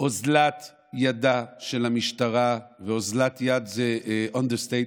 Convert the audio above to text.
אוזלת ידה של המשטרה, אוזלת יד זה אנדרסטייטמנט,